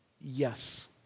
Yes